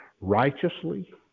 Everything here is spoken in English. righteously